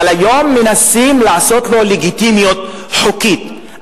אבל היום מנסים לעשות לו לגיטימיות חוקית.